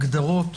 הגדרות